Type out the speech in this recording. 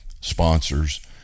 sponsors